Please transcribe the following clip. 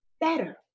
better